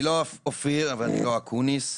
אני לא אופיר ואני לא אקוניס.